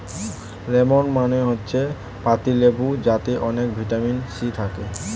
lemon মানে হচ্ছে পাতিলেবু যাতে অনেক ভিটামিন সি থাকে